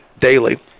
daily